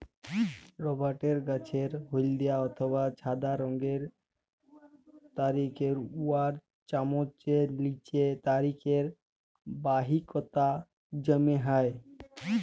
রবাট গাহাচের হইলদ্যা অথবা ছাদা রংয়ের তরুখির উয়ার চামের লিচে তরুখির বাহিকাতে জ্যমা হ্যয়